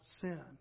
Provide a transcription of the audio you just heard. sin